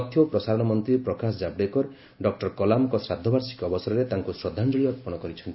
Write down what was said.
ତଥ୍ୟ ଓ ପ୍ରସାରଣ ମନ୍ତ୍ରୀ ପ୍ରକାଶ ଜାବଡେକର ଡକ୍ଟର କଲାମ୍ଙ୍କ ଶ୍ରାଦ୍ଧ ବାର୍ଷିକୀ ଅବସରରେ ତାଙ୍କୁ ଶ୍ରଦ୍ଧାଞ୍ଜଳୀ ଅର୍ପଣ କରିଛନ୍ତି